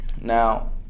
Now